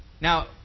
Now